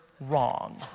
wrong